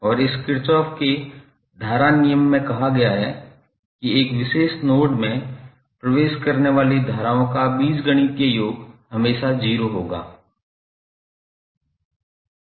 और इस किरचॉफ के धारा नियम में कहा गया है कि एक विशेष नोड में प्रवेश करने वाली धाराओं का बीजगणितीय योग हमेशा 0 होगा